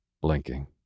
blinking